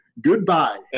Goodbye